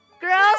Girls